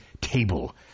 table